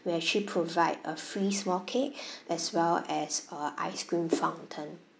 we actually provide a free small cake as well as uh ice cream fountain